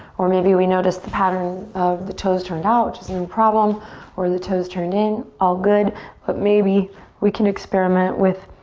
or maybe we notice the pattern of the toes turned out which is no problem or the toes turned in, all good but maybe we can experiment with